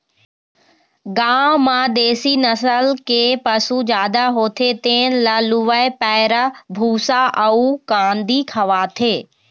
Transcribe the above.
गाँव म देशी नसल के पशु जादा होथे तेन ल लूवय पैरा, भूसा अउ कांदी खवाथे